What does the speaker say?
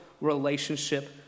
relationship